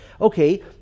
Okay